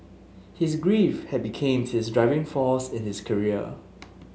his grief had become his driving force in his career